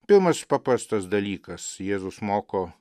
pirmas paprastas dalykas jėzus moko